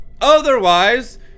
otherwise